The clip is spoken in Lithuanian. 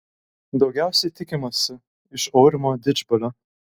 daugiausiai tikimasi iš aurimo didžbalio